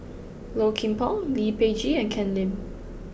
Low Kim Pong Lee Peh Gee and Ken Lim